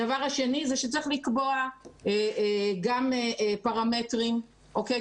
הדבר השני הוא שצריך לקבוע גם פרמטרים, אוקיי?